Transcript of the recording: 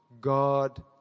God